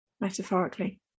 metaphorically